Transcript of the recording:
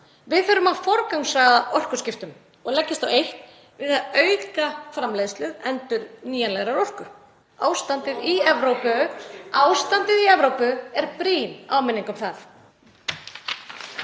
Við þurfum að forgangsraða orkuskiptum og leggjast á eitt við að auka framleiðslu endurnýjanlegrar orku. Ástandið í Evrópu … (Gripið fram í.) — ástandið í Evrópu er brýn áminning um það.